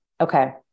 Okay